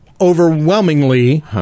overwhelmingly